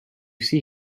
see